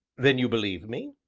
then you believe me?